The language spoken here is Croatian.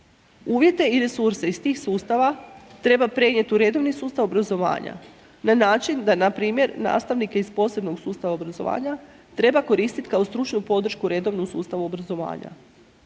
Uvjete i resurse iz tih sustava treba prenijeti u redovni sustav obrazovanja na način da, npr. nastavnike iz posebnog sustava obrazovanja treba koristiti kao stručnu podršku redovnom sustavu obrazovanja.